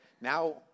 Now